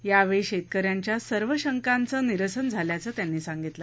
यावेळी शेतक यांच्या सर्व शंकांचं निरसन झाल्याचं त्यांनी सांगितलं